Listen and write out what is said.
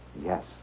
yes